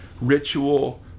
ritual